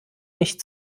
nicht